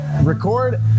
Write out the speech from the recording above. record